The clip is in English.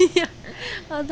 ya